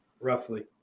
roughly